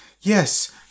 Yes